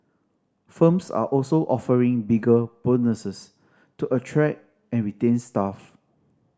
firms are also offering bigger bonuses to attract and retain staff